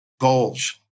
goals